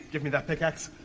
give me that pickaxe!